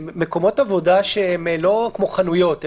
מקומות עבודה שהם לא כמו חנויות,